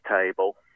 table